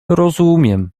rozumiem